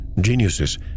geniuses